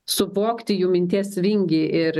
suvokti jų minties vingį ir